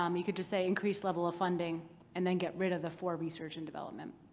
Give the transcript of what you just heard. um you could just say, increase level of funding and then get rid of the for research and development.